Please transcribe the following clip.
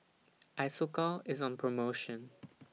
Isocal IS on promotion